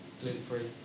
gluten-free